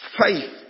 Faith